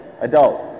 adult